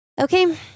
okay